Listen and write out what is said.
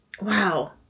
Wow